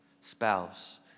spouse